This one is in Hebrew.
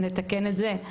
נתקן את זה.